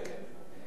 גם כשהפרקים